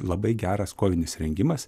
labai geras kovinis rengimas